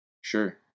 Sure